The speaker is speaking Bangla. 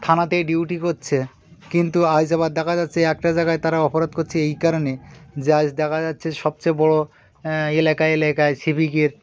থানাতেই ডিউটি করছে কিন্তু আজ আবার দেখা যাচ্ছে একটা জায়গায় তারা অপরাধ করছে এই কারণে যে আজ দেখা যাচ্ছে সবচেয়ে বড় এলাকা এলাকায় সিভিকের